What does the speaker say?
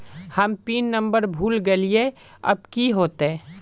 हम pin number भूल गलिऐ अब की होते?